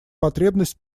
потребность